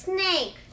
Snake